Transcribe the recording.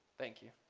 thank you